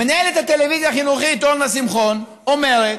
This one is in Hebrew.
מנהלת הטלוויזיה החינוכית אורנה שמחון אומרת: